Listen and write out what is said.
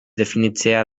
definitzea